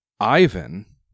Ivan